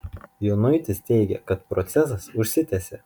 jonuitis teigia kad procesas užsitęsė